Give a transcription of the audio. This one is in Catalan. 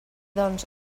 doncs